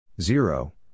zero